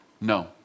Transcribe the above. No